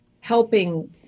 helping